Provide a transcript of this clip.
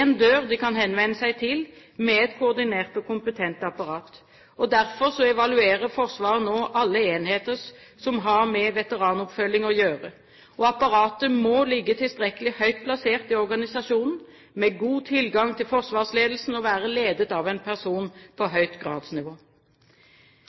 dør de kan henvende seg til, med et koordinert og kompetent apparat. Derfor evaluerer Forsvaret nå alle enheter som har med veteranoppfølging å gjøre. Apparatet må ligge tilstrekkelig høyt plassert i organisasjonen med god tilgang til forsvarsledelsen, og være ledet av en person på